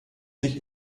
sich